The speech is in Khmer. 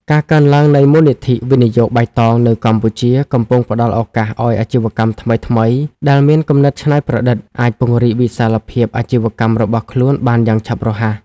ការកើនឡើងនៃមូលនិធិវិនិយោគបៃតង នៅកម្ពុជា កំពុងផ្ដល់ឱកាសឱ្យអាជីវកម្មថ្មីៗ ដែលមានគំនិតច្នៃប្រឌិតអាចពង្រីកវិសាលភាពអាជីវកម្មរបស់ខ្លួនបានយ៉ាងឆាប់រហ័ស។